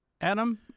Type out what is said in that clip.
Adam